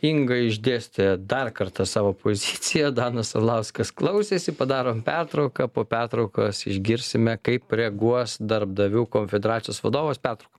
inga išdėstė dar kartą savo poziciją danas arlauskas klausėsi padarom pertrauką po pertraukos išgirsime kaip reaguos darbdavių konfederacijos vadovas pertrauka